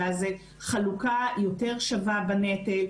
אלא זה חלוקה יותר שווה בנטל,